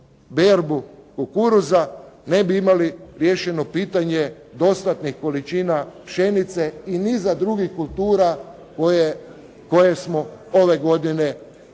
berbu kukuruza, ne bi imali riješeno pitanje dostatnih količina pšenice i niza drugih kultura koje smo ove godine ubrali